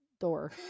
door